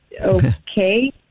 Okay